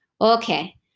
Okay